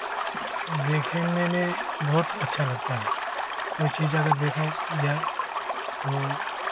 देखेने में बहुत अच्छा लगता है कोई चीज़ अगर देखा जाए तो